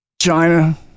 China